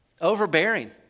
overbearing